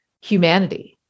humanity